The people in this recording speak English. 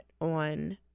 on